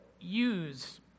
use